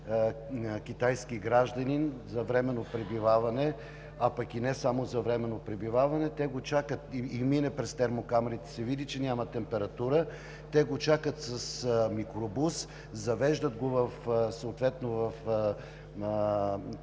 китайски гражданин за временно пребиваване, а пък и не само за временно пребиваване, те го чакат и когато мине през термокамерите и се види, че няма температура, те го чакат с микробус, завеждат го съответно в